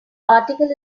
article